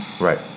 Right